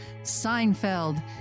Seinfeld